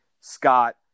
Scott